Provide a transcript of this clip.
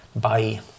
Bye